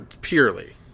Purely